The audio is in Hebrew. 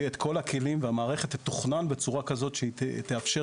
יהיו את כל הכלים והמערכת תתוכנן בצורה כזו שהיא תאפשר